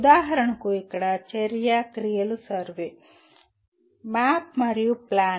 ఉదాహరణకు ఇక్కడ చర్య క్రియలు సర్వే మ్యాప్ మరియు ప్లాన్